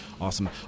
awesome